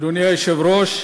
אדוני היושב-ראש,